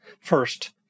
First